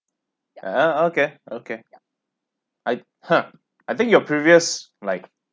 ya uh okay okay I ha I think your previous like